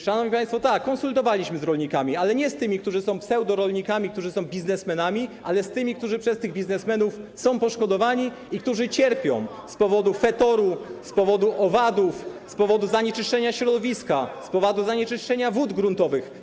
Szanowni państwo, tak, konsultowaliśmy to z rolnikami, ale nie z tymi, którzy są pseudorolnikami, którzy są biznesmenami, ale z tymi, którzy przez tych biznesmenów są poszkodowani i którzy cierpią z powodu fetoru, z powodu owadów, z powodów zanieczyszczenia środowiska, wód gruntowych.